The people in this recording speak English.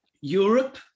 Europe